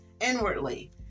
inwardly